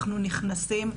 אנחנו נכנסים,